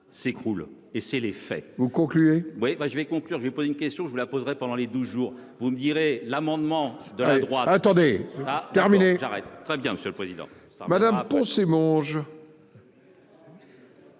s'écroule et c'est l'effet vous conclut oui je vais conclure j'ai posé une question, je la poserai pendant les 12 jours. Vous me direz, l'amendement de la droite attendez a terminé j'arrête. Très bien monsieur le président. Poncer Monge.